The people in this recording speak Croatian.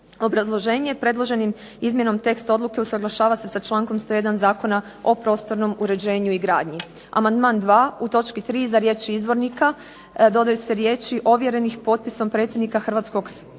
Obrazloženje. Predloženim izmjenom teksta odluke usuglašava se sa člankom 101. Zakona o prostornom uređenju i gradnji. Amandman dva, u točki 3. iza riječi izvornika dodaju se riječi ovjerenih potpisom predsjednika hrvatskog.